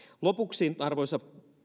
lopuksi arvoisa